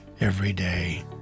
everyday